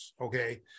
okay